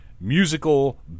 musical